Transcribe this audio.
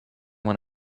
went